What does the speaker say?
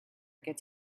gets